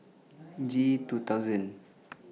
G two thousand